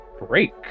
break